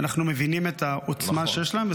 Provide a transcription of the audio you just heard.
ואנחנו מבינים את העוצמה שיש להם.